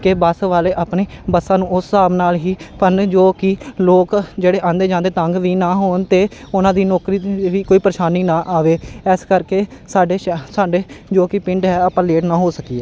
ਕਿ ਬੱਸ ਵਾਲੇ ਆਪਣੇ ਬੱਸਾਂ ਨੂੰ ਉਸ ਹਿਸਾਬ ਨਾਲ ਹੀ ਭਰਨ ਜੋ ਕਿ ਲੋਕ ਜਿਹੜੇ ਆਉਂਦੇ ਜਾਂਦੇ ਤੰਗ ਵੀ ਨਾ ਹੋਣ ਅਤੇ ਉਹਨਾਂ ਦੀ ਨੌਕਰੀ ਵੀ ਕੋਈ ਪਰੇਸ਼ਾਨੀ ਨਾ ਆਵੇ ਇਸ ਕਰਕੇ ਸਾਡੇ ਸ਼ ਸਾਡੇ ਜੋ ਕਿ ਪਿੰਡ ਹੈ ਆਪਾਂ ਲੇਟ ਨਾ ਹੋ ਸਕੀਏ